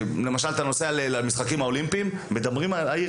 כשאתה נוסע למשחקים האולימפיים מדברים על העיר